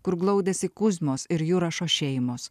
kur glaudėsi kuzmos ir jurašo šeimos